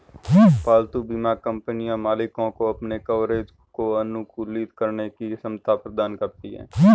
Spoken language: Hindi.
पालतू बीमा कंपनियां मालिकों को अपने कवरेज को अनुकूलित करने की क्षमता प्रदान करती हैं